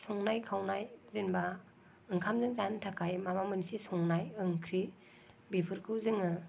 संनाय खावनाय जेनेबा ओंखामजों जानो थाखाय माबा मोनसे संनाय ओंख्रि बेफोरखौ जोङो